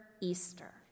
Easter